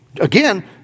Again